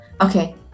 Okay